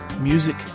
Music